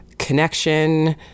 Connection